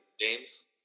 james